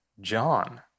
John